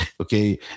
Okay